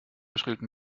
schrillten